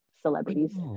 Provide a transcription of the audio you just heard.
celebrities